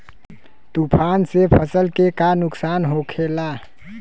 तूफान से फसल के का नुकसान हो खेला?